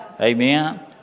Amen